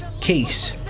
Case